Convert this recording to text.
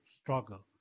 struggle